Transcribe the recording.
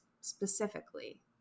specifically